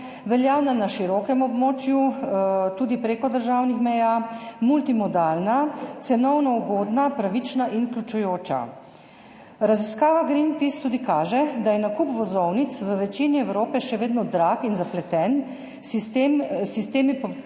veljavna na širokem območju, tudi prek državnih meja, multimodalna, cenovno ugodna, pravična in vključujoča. Raziskava Greenpeace tudi kaže, da je nakup vozovnic v večini Evrope še vedno drag in zapleten, sistemi popustov